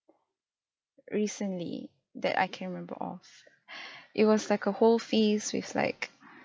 recently that I can remember of it was like a whole feast with like